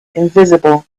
invisible